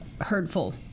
hurtful